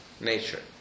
nature